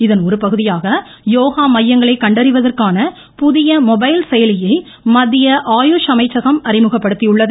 இதன் ஒருபகுதியாக யோகா மையங்களை கண்டறிவதற்கான புதிய மொபைல் செயலியை மத்திய ஆயுஷ் அமைச்சகம் அறிமுகப்படுத்தியுள்ளது